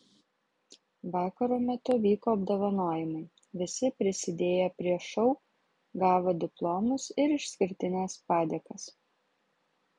vakaro metu vyko apdovanojimai visi prisidėję prie šou gavo diplomus ir išskirtines padėkas